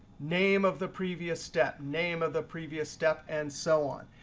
name of the previous step, name of the previous step, and so on.